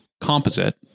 composite